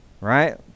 Right